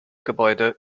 gebäude